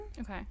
okay